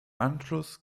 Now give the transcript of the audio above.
anschluss